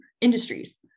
industries